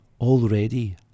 Already